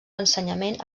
ensenyament